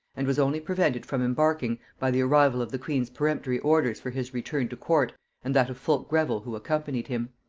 and was only prevented from embarking by the arrival of the queen's peremptory orders for his return to court and that of fulke greville who accompanied him.